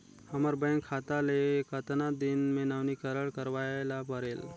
हमर बैंक खाता ले कतना दिन मे नवीनीकरण करवाय ला परेल?